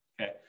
Okay